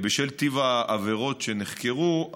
בשל טיב העבירות שנחקרו,